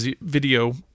video